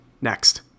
Next